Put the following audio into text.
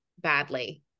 badly